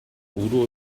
udo